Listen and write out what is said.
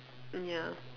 mm ya